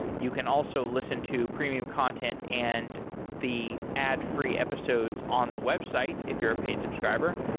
you can also listen to premium content and the ad free episodes on the website if you're a paid subscriber.